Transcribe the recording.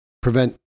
prevent